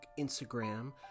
Instagram